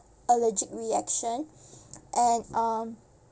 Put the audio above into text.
allergic reaction and um